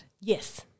Yes